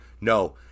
No